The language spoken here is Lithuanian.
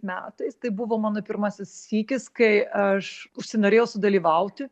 metais tai buvo mano pirmasis sykis kai aš užsinorėjau sudalyvauti